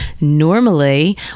normally